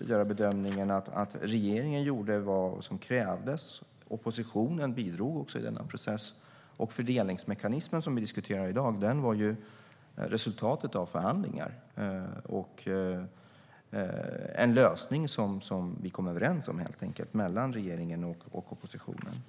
göra bedömningen att regeringen gjorde vad som krävdes. Oppositionen bidrog också i denna process. Fördelningsmekanismen, som vi diskuterar i dag, var resultatet av förhandlingar och en lösning som vi kom överens om, helt enkelt, mellan regeringen och oppositionen.